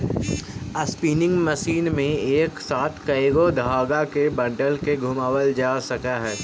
spinning machine में एक साथ कएगो धाग के बंडल के घुमावाल जा सकऽ हई